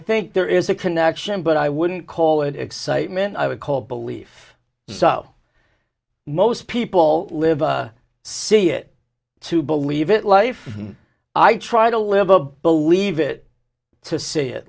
think there is a connection but i wouldn't call it excitement i would call belief so most people live see it to believe it life and i try to live a believe it to see it